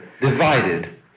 divided